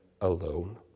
alone